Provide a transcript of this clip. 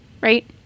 Right